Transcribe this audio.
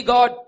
God